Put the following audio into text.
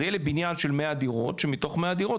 אז יהיה לי בניין של מאה דירות שמתוך מאה דירות,